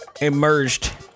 emerged